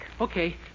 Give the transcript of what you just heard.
Okay